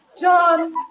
John